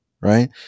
right